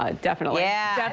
ah definitely yeah,